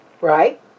Right